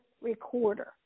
recorder